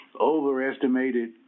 overestimated